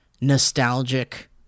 nostalgic